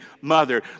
mother